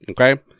Okay